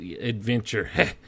adventure